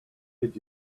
did